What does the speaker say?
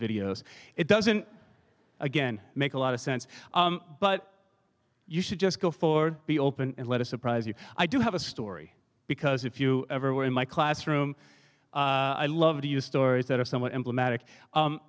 videos it doesn't again make a lot of sense but you should just go for be open and let a surprise you i do have a story because if you ever were in my classroom i love to use stories that are somewhat emblem